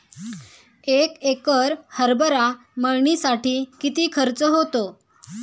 एक एकर हरभरा मळणीसाठी किती खर्च होतो?